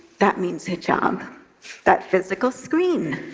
that means hijab that physical screen,